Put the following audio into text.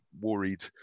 worried